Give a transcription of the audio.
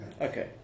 Okay